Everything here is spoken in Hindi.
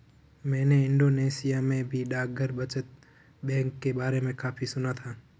मैंने इंडोनेशिया में भी डाकघर बचत बैंक के बारे में काफी सुना था